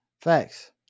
facts